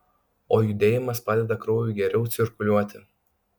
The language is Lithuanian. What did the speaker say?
o judėjimas padeda kraujui geriau cirkuliuoti